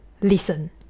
Listen